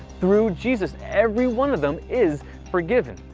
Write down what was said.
through jesus, everyone of them is forgiven.